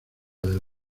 del